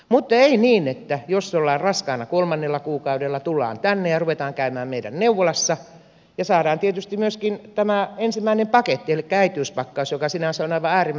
mutta ei niin että jos ollaan raskaana kolmannella kuukaudella tullaan tänne ja ruvetaan käymään meidän neuvolassamme ja saadaan tietysti myöskin tämä ensimmäinen paketti elikkä äitiyspakkaus joka sinänsä on aivan äärimmäisen hieno asia